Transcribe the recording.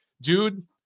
Dude